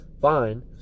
fine